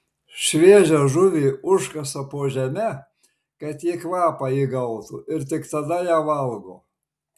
šviežią žuvį užkasa po žeme kad ji kvapą įgautų ir tik tada ją valgo